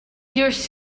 yours